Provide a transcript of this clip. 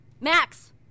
Max